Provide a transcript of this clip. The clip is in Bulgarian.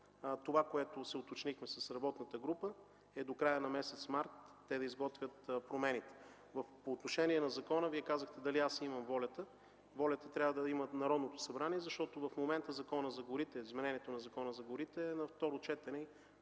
Това, което се уточнихме с работната група, е до края на месец март те да изготвят промените. По отношение на закона. Волята трябва да я има в Народното събрание, защото в момента изменението на Закона за горите е на второ четене